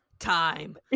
Time